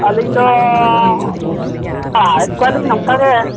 ᱟᱹᱞᱤᱧ ᱫᱚ ᱯᱟᱲᱦᱟᱣᱮᱫ ᱠᱚᱣᱟᱞᱤᱧ ᱱᱚᱝᱠᱟ ᱜᱮ